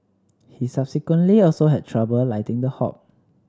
he subsequently also had trouble lighting the hob